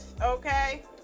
okay